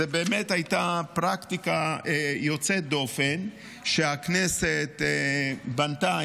זאת באמת הייתה פרקטיקה יוצאת דופן שהכנסת בנתה.